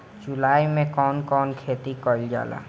जुलाई मे कउन कउन खेती कईल जाला?